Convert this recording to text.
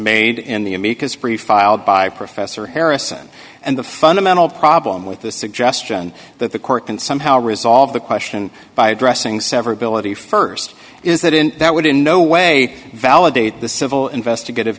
made in the amicus brief filed by professor harrison and the fundamental problem with the suggestion that the court can somehow resolve the question by addressing severability st is that in that would in no way validate the civil investigative